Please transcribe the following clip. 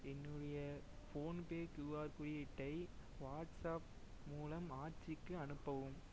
என்னுடைய PhonePe QR குறியீட்டை WhatsApp மூலம் ஆச்சிக்கு அனுப்பவும்